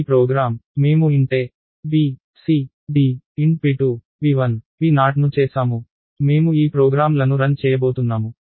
ఈ ప్రోగ్రామ్ మేము int a b c d int p2 p1 p0 ను చేసాము మేము ఈ ప్రోగ్రామ్లను రన్ చేయబోతున్నాము